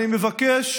אני מבקש